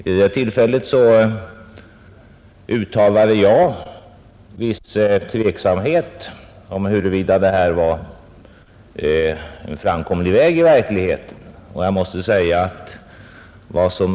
Vid det tillfället uttalade jag viss tveksamhet om huruvida detta i verkligheten var en framkomlig väg.